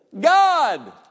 God